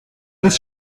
this